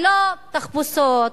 ללא תחפושות,